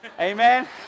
Amen